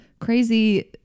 crazy